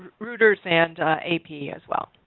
reuters and a p. as well.